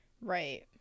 Right